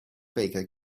baker